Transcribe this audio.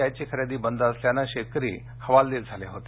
I ची खरेदी बंद असल्याने शेतकरी हवालदिल झाले होते